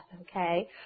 okay